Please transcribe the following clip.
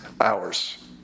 hours